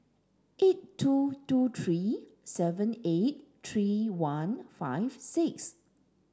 eight two two three seven eight three one five six